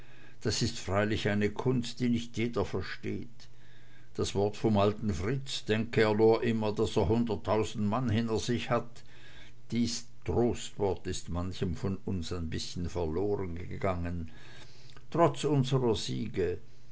das ist freilich eine kunst die nicht jeder versteht das wort vom alten fritz denk er nur immer daß er hunderttausend mann hinter sich hat dies trostwort ist manchem von uns ein bißchen verlorengegangen trotz unsrer siege